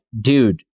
dude